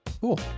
Cool